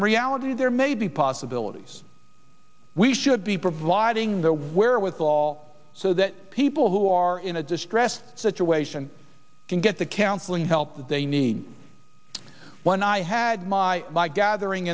reality there may be possibilities we should be providing the wherewithal so that people who are in a distressed situation can get the counseling help that they need when i had my lai gathering